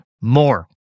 more